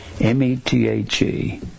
M-E-T-H-E